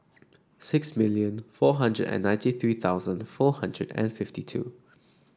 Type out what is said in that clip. six million four hundred and ninety three thousand four hundred and fifty two